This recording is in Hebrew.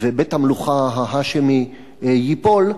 ובית-המלוכה ההאשמי ייפול,